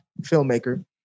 filmmaker